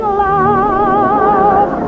love